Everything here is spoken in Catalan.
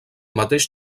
mateix